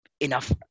enough